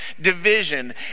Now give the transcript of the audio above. division